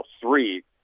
three